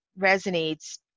resonates